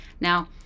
Now